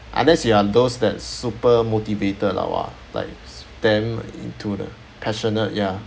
unless you are those that super motivated lah !wah! like damn into the passionate ya